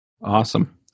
Awesome